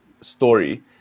story